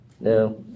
no